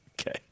Okay